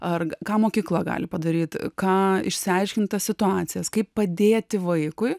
ar ką mokykla gali padaryt ką išsiaiškint tas situacijas kaip padėti vaikui